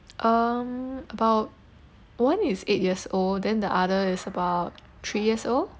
um about one is eight years old then the other is about three years old